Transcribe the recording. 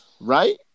Right